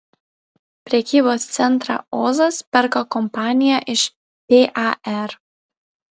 prekybos centrą ozas perka kompanija iš par